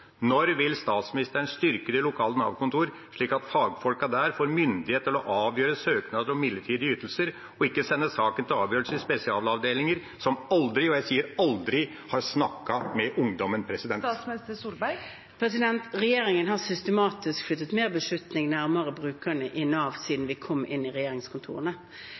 Når vil statsministeren styrke de lokale Nav-kontorene slik at fagfolkene der får myndighet til å avgjøre søknader om midlertidige ytelser og ikke sender saken til avgjørelse i spesialavdelinger, som aldri – aldri – har snakket med ungdommen? Regjeringen har systematisk flyttet mer av beslutningene nærmere brukerne i Nav siden vi kom inn i regjeringskontorene.